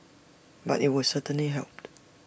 but IT would certainly help